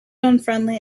unfriendly